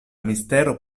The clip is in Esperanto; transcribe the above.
mistero